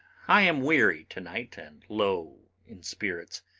i am weary to-night and low in spirits.